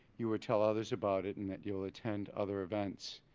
you will tell others about it and that you'll attend other events.